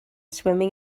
swimming